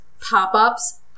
pop-ups